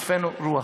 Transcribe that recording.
שתדפנו רוח.